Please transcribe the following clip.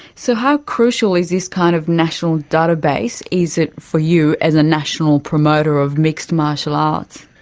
so how crucial is this kind of national database, is it for you as a national promoter of mixed martial arts?